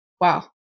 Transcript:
Wow